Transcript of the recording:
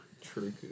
True